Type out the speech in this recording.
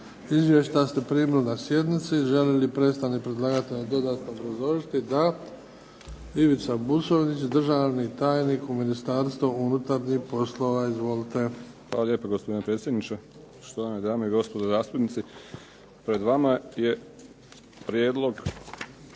Izvješća ste primili na sjednici. Želi li predstavnik predlagatelja dodatno obrazložiti? Da. Ivica Buconjić, državni tajnik u Ministarstvu unutarnjih poslova. Izvolite. **Buconjić, Ivica (HDZ)** Hvala lijepo. Gospodine predsjedniče, štovane dame i gospodo zastupnici. Pred vama je Prijedlog